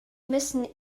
müssen